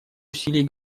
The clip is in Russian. усилий